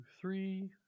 three